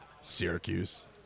Syracuse